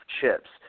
chips